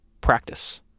practice